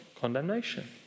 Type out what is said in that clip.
condemnation